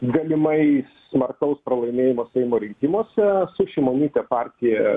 galimai smarkaus pralaimėjimo seimo rinkimuose su šimonyte partija